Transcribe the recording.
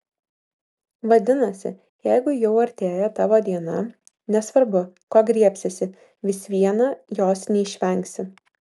vadinasi jeigu jau artėja tavo diena nesvarbu ko griebsiesi vis viena jos neišvengsi